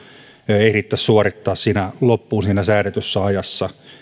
ehdittäisiin suorittaa loppuun säädetyssä ajassa